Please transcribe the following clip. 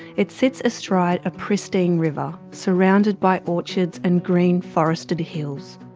it sits astride a pristine river, surrounded by orchards and green forested hills.